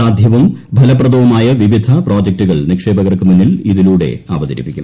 സാധ്യവും ഫലപ്രദവുമായ വിവിധ പ്രൊജക്ടുകൾ നിക്ഷേപകർക്ക് മുന്നിൽ ഇതിലൂടെ അവതരിപ്പിക്കും